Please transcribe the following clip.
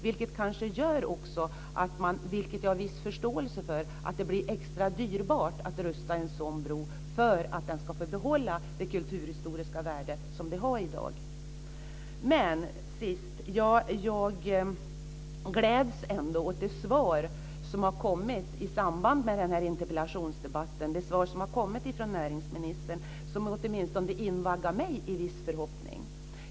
Det kanske också gör att det, vilket jag har viss förståelse för, blir extra dyrbart att rusta en sådan bro, för att den ska få behålla det kulturhistoriska värde som den har i dag. Jag gläds ändå åt det svar som har kommit från näringsministern i den här interpellationsdebatten. Det ger åtminstone mig en viss förhoppning.